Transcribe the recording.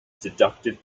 deducted